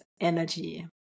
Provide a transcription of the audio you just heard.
energy